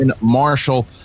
Marshall